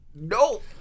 no